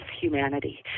humanity